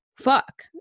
Fuck